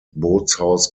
bootshaus